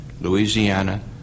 Louisiana